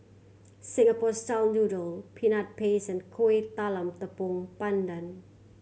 Singapore style noodle Peanut Paste and Kuih Talam Tepong Pandan